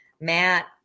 Matt